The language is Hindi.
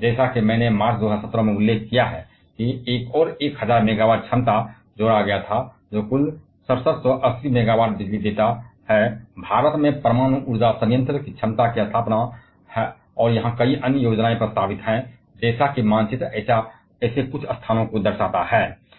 जैसा कि मैंने मार्च 2017 में उल्लेख किया है एक और 1000 मेगावाट क्षमता जोड़ा गया जो कुल 6780 मेगावाट बिजली देता है भारतीय में परमाणु ऊर्जा संयंत्र की क्षमता की स्थापना और यहां कई अन्य योजनाएं प्रस्तावित हैं जैसे कि मानचित्र ऐसे कुछ स्थानों को दर्शाता है